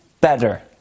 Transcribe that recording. better